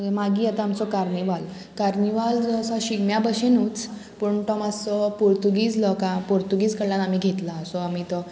मागीर येता आमचो कार्निवाल कार्निवाल जो शिगम्या भशेनूच पूण तो मातसो पुर्तुगीज लोकां पुर्तुगीज कडल्यान आमी घेतला सो आमी तो